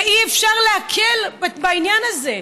ואי-אפשר להקל ראש בעניין הזה,